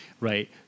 Right